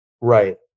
Right